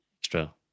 extra